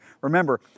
Remember